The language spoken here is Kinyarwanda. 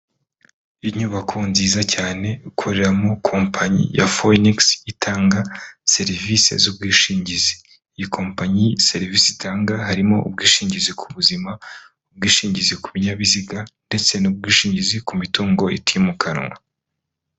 Inyubako nziza cyane ikoreramo kompanyi ya fowenigisi, itanga serivisi z'ubwishingizi, kompanyi serivisi itanga harimo, ubwishingizi ku buzima, ubwishingizi ku binyabiziga, ndetse n'ubwishingizi ku mitungo itimukanwa.